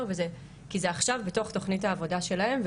כי זה עכשיו בתוך תוכנית העבודה שלהם,